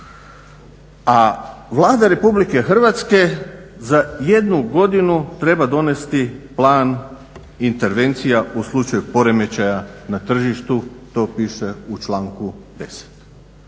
A Vlada Republike Hrvatske za jednu godinu treba donesti plan intervencija u slučaju poremećaja na tržištu, to piše u članku 10.